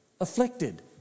afflicted